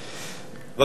בבקשה, אדוני.